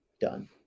Done